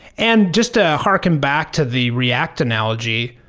and just to harken back to the react analogy,